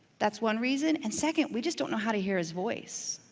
that's one reason, and second, we just don't know how to hear his voice.